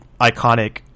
iconic